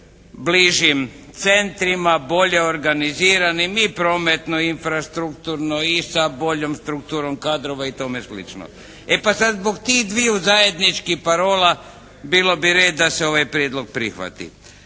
bližim centrima, bolje organiziranim i prometno, infrastrukturno i sa boljom strukturom kadrova i tome slično. E, pa sad zbog tih dviju zajedničkih parola bilo bi red da se ovaj prijedlog prihvati.